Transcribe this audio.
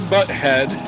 Butthead